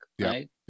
Right